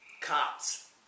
cops